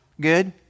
Good